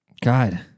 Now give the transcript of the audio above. God